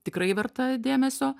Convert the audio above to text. tikrai verta dėmesio